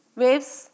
waves